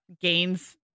gains